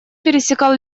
пересекал